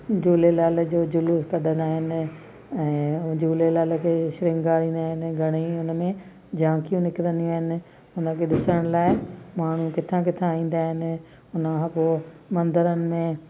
झूलेलाल जो जुलूसु कढंदा आहिनि ऐं झूलेलाल खे श्रंगारींदा आहिनि घणेई उन में झांकियूं निकिरंदियूं आहिनि हुन खे ॾिसण लाइ माण्हू किथां किथां ईंदा आहिनि उन खां पोइ मंदरनि में